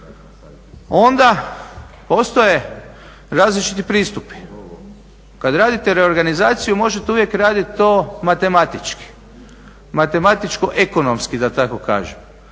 Onda, postoje različiti pristupi kada radite reorganizaciju možete uvijek raditi to matematički, matematičko ekonomski da tako kdažem